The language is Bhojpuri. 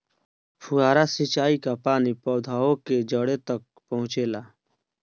फुहारा सिंचाई का पानी पौधवा के जड़े तक पहुचे ला?